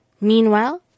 Meanwhile